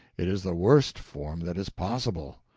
it is the worst form that is possible.